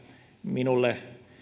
minulle